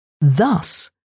Thus